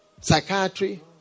psychiatry